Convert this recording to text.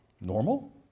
normal